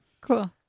Cool